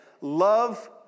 Love